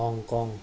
Hong Kong